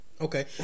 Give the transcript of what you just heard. Okay